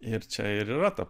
ir čia ir yra ta